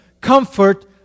comfort